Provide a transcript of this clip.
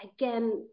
again